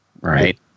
Right